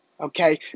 okay